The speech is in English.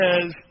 says